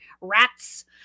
rats